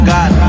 God